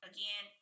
Again